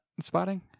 spotting